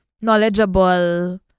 knowledgeable